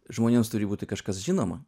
žmonėms turi būti kažkas žinoma